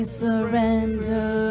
surrender